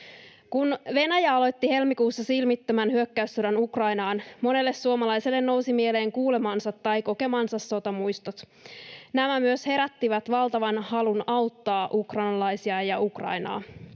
Kun Venäjä aloitti helmikuussa silmittömän hyökkäyssodan Ukrainaan, monelle suomalaiselle nousi mieleen kuulemansa tai kokemansa sotamuistot. Nämä myös herättivät valtavan halun auttaa ukrainalaisia ja Ukrainaa.